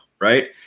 right